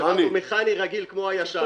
שבשבת הוא מכני רגיל, כמו הישן.